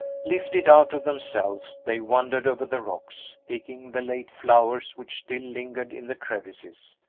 lifted out of themselves, they wandered over the rocks, picking the late flowers which still lingered in the crevices,